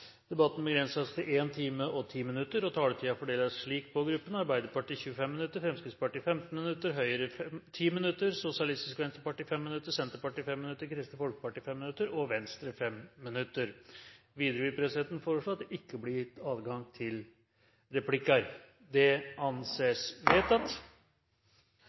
Debatten begrenses til 1 time og 10 minutter, og taletiden fordeles slik på gruppene: Arbeiderpartiet 25 minutter, Fremskrittspartiet 15 minutter, Høyre 10 minutter, Sosialistisk Venstreparti 5 minutter, Senterpartiet 5 minutter, Kristelig Folkeparti 5 minutter og Venstre 5 minutter. Videre vil presidenten foreslå at det ikke blir gitt adgang til replikker. – Det anses vedtatt.